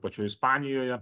pačioj ispanijoje